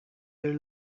their